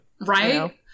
Right